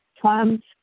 Plums